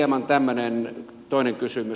sitten hieman toinen kysymys